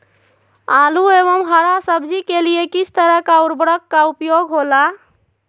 आलू एवं हरा सब्जी के लिए किस तरह का उर्वरक का उपयोग होला?